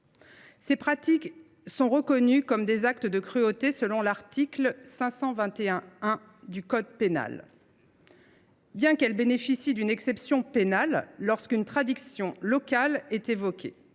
Ces pratiques sont reconnues comme des actes de cruauté aux termes de l’article 521 1 du code pénal, mais bénéficient d’une exception pénale lorsqu’une tradition locale est invoquée.